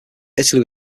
italy